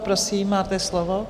Prosím, máte slovo.